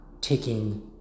taking